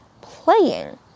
playing